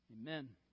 Amen